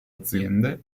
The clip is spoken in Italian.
aziende